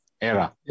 era